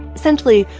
essentially,